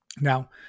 Now